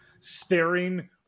staring